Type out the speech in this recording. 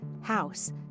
house